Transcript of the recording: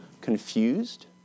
confused